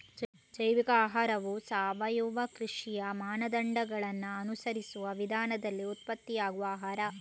ಜೈವಿಕ ಆಹಾರವು ಸಾವಯವ ಕೃಷಿಯ ಮಾನದಂಡಗಳನ್ನ ಅನುಸರಿಸುವ ವಿಧಾನಗಳಿಂದ ಉತ್ಪತ್ತಿಯಾಗುವ ಆಹಾರ